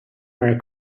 our